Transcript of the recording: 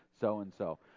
so-and-so